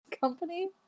company